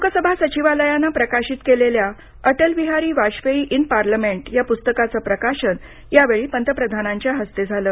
लोकसभा सचिवालयानं प्रकाशित केलेल्या अटलबिहारी वाजपेयी इन पार्लमेंट या पुस्तकाचं प्रकाशन यावेळी पंतप्रधानाच्या हस्ते झालं